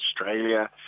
Australia